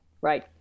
Right